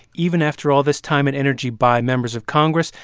even after all this time and energy by members of congress,